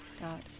dot